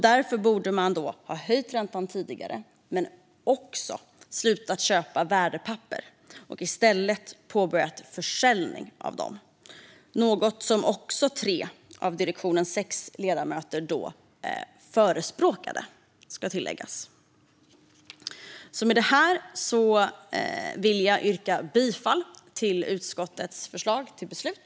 Därför borde man ha höjt räntan tidigare och även slutat köpa värdepapper och i stället påbörjat försäljning av dessa. Det ska tilläggas att tre av direktionens sex ledamöter förespråkade det. Med det här vill jag yrka bifall till utskottets förslag till beslut.